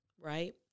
right